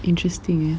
interesting yes